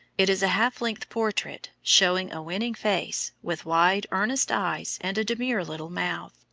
it is a half-length portrait, showing a winning face, with wide, earnest eyes, and a demure little mouth.